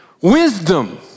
wisdom